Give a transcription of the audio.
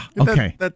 okay